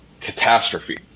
catastrophe